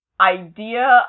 idea